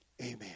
Amen